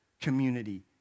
community